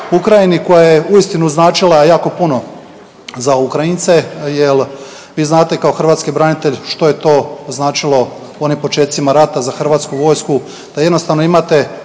Ukrajini koja je uistinu značila jako puno za Ukrajince. Jer vi znate kao hrvatski branitelj što je to značilo u onim počecima rata za Hrvatsku vojsku da jednostavno imate